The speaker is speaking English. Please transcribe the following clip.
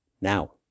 now